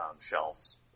shelves